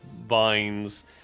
vines